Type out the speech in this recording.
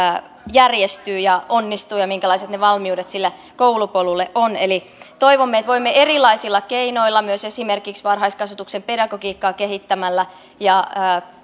järjestyy ja onnistuu ja minkälaiset ne valmiudet sille koulupolulle ovat eli toivomme että voimme erilaisilla keinoilla esimerkiksi varhaiskasvatuksen pedagogiikkaa kehittämällä ja